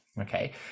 okay